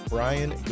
Brian